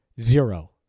Zero